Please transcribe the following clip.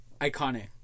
iconic